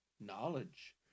knowledge